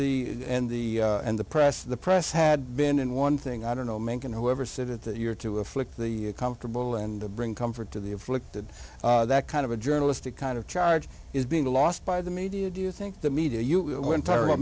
the and the and the press the press had been in one thing i don't know making whoever said it that you're to afflict the comfortable and bring comfort to the afflicted that kind of a journalistic kind of charge is being lost by the media do you think the media you